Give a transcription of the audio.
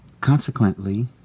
Consequently